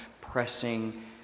pressing